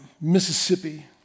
Mississippi